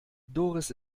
doris